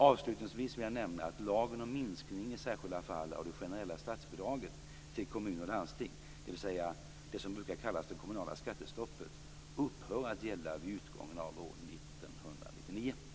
Avslutningsvis vill jag nämna att lagen om minskning i särskilda fall av det generella statsbidraget till kommuner och landsting, dvs. det som brukar kallas det kommunala skattestoppet, upphör att gälla vid utgången av år 1999.